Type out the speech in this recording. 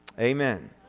Amen